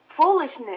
foolishness